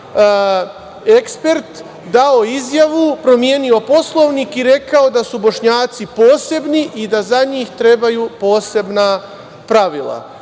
ekspert dao izjavu, promenio poslovnik i rekao da su Bošnjaci posebni i da za njih trebaju posebna pravila.